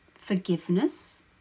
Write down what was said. forgiveness